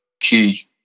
key